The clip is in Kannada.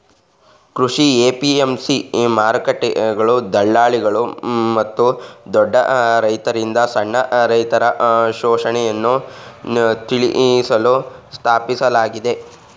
ಕೃಷಿ ಎ.ಪಿ.ಎಂ.ಸಿ ಮಾರುಕಟ್ಟೆಗಳು ದಳ್ಳಾಳಿಗಳು ಮತ್ತು ದೊಡ್ಡ ರೈತರಿಂದ ಸಣ್ಣ ರೈತರ ಶೋಷಣೆಯನ್ನು ನಿಲ್ಲಿಸಲು ಸ್ಥಾಪಿಸಲಾಗಿದೆ